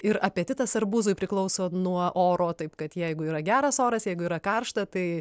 ir apetitas arbūzui priklauso nuo oro taip kad jeigu yra geras oras jeigu yra karšta tai